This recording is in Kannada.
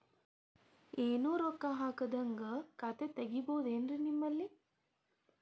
ಏನು ರೊಕ್ಕ ಹಾಕದ್ಹಂಗ ಖಾತೆ ತೆಗೇಬಹುದೇನ್ರಿ ನಿಮ್ಮಲ್ಲಿ?